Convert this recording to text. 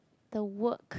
the work